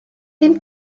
ddim